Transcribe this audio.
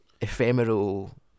ephemeral